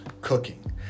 cooking